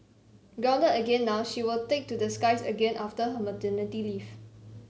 again now she will take to the skies again after her maternity leave